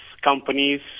companies